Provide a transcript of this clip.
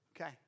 Okay